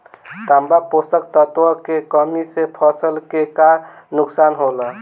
तांबा पोषक तत्व के कमी से फसल के का नुकसान होला?